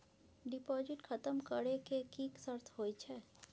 Deposit खतम करे के की सर्त होय छै?